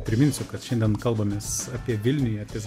priminsiu kad šiandien kalbamės apie vilniuje ties